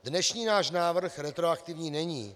Dnešní náš návrh retroaktivní není.